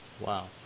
Wow